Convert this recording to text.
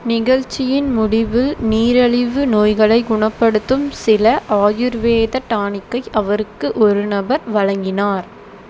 நிகழ்ச்சியின் முடிவில் நீரழிவு நோயாளிகளை குணப்படுத்தும் சில ஆயுர்வேத டானிக்கை அவருக்கு ஒரு நபர் வழங்கினார்